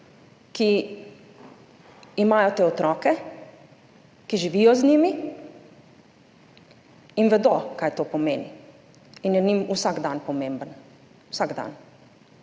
ki imajo te otroke, ki živijo z njimi in vedo, kaj to pomeni, in je njim vsak dan pomemben, vsak dan.